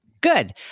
good